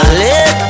let